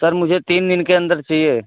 سر مجھے تین دن کے اندر چاہیے